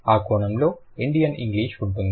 ఆ కోణంలో Indian English ఉంటుంది